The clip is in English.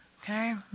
okay